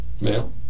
Male